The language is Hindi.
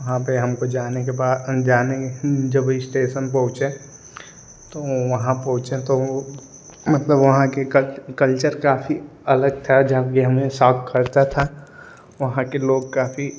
वहाँ पर हमको जाने के बाद जब स्टेशन पहुँचे तो वहाँ पहुँचे तो मतलब वहाँ के कल कल्चर काफी अलग था जो भी हमें साफ खलता था वहाँ के लोग काफी